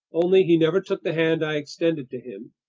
only, he never took the hand i extended to him.